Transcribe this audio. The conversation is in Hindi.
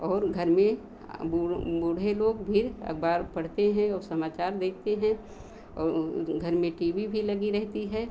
और घर में बूढ़ों बूढ़े लोग भी अखबार पढ़ते हैं और समाचार देखते हैं घर में टी वी भी लगी रहती है